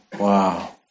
Wow